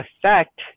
affect